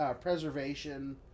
preservation